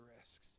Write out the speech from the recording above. risks